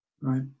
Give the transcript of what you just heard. right